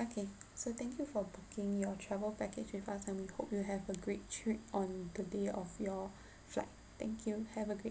okay so thank you for booking your travel package with us and we hope you have a great trip on the day of your flight thank you have a great